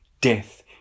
death